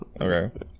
Okay